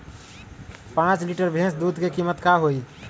पाँच लीटर भेस दूध के कीमत का होई?